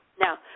Now